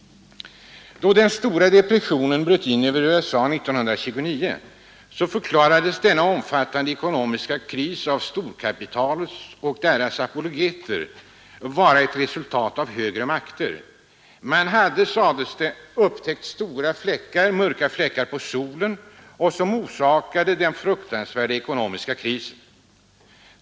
Då den stora depressionen bröt in över USA år 1929 förklarades denna omfattande ekonomiska kris av storkapitalet och dess apologeter vara ett resultat av högre makter. Man hade, sades det, upptäckt stora mörka fläckar på solen som orsakade den fruktansvärda ekonomiska krisen.